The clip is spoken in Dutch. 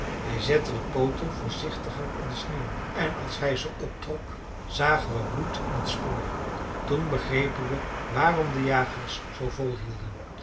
hij zette de pooten voorzichtiger in de sneeuw en als hij ze optrok zagen we bloed in het spoor toen begrepen we waarom de jagers zoo volhielden